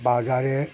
বাজারে